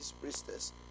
priestess